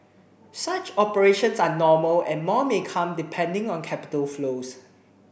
such operations are normal and more may come depending on capital flows